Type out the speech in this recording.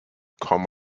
come